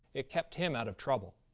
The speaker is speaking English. it kept him out of trouble.